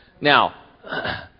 Now